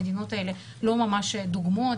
המדינות האלה לא ממש דוגמות,